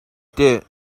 tih